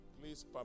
please